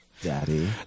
Daddy